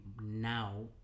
now